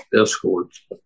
escorts